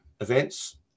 events